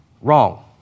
Wrong